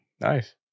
nice